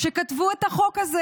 שכתבו את החוק הזה.